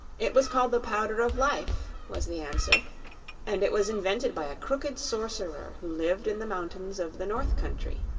it was called the powder of life, was the answer and it was invented by a crooked sorcerer who lived in the mountains of the north country.